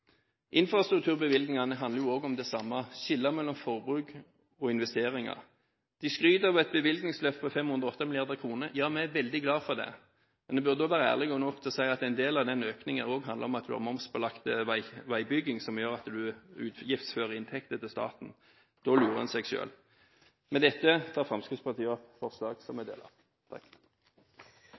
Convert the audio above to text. Infrastrukturbevilgningene handler også om det samme, å skille mellom forbruk og investeringer. De skryter av et bevilgningsløft på 508 mrd. kr. Ja, vi er veldig glad for det, men en burde være ærlig nok til å si at en del av den økningen også handler om at en har momsbelagt veibygging som gjør at en utgiftsfører inntekter til staten. Da lurer en seg selv. Med dette tar Fremskrittspartiet opp de forslag vi er en del av.